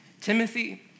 Timothy